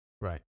Right